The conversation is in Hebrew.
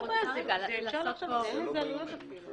גם את העניין של